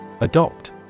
Adopt